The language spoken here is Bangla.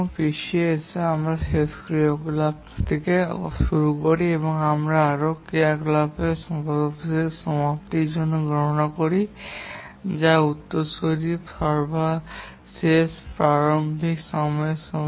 পিছিয়ে পাসে আমরা শেষ ক্রিয়াকলাপ থেকে শুরু করি এবং এখানে আমরা ক্রিয়াকলাপের সর্বশেষ সমাপ্তির সময় গণনা করি যা এর উত্তরসূরির সর্বশেষ প্রারম্ভিক সময়ের সমান